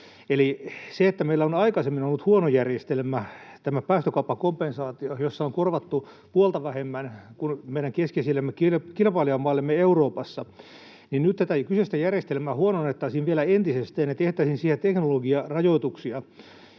Eli meillä on aikaisemmin ollut huono järjestelmä, tämä päästökauppakompensaatio, jossa on korvattu puolta vähemmän kuin meidän keskeisille kilpailijamaillemme Euroopassa, ja nyt tätä kyseistä järjestelmää huononnettaisiin vielä entisestään ja tehtäisiin siihen teknologiarajoituksia,